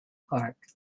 park